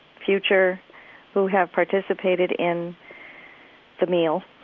future who have participated in the meal,